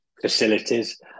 facilities